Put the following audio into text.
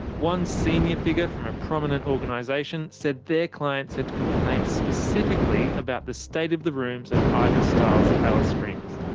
one senior figure from a prominent organisation said their clients had complained specifically about the state of the rooms at ibis styles alice springs.